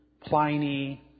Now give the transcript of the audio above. Pliny